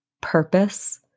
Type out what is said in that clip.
purpose